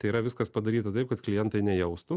tai yra viskas padaryta taip kad klientai nejaustų